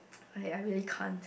okay I really can't